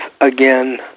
again